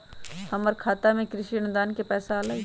हमर खाता में कृषि अनुदान के पैसा अलई?